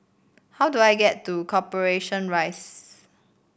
how do I get to Corporation Rise